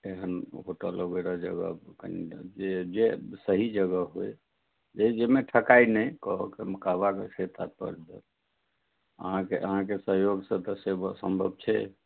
एहन होटल वगैरह जगह जे जे सही जगह होय जाहिमे ठकाय नहि कहऽ कहबाके से तात्पर्य जे अहाँकेँ अहाँकेँ सहयोग से तऽ से सम्भव छै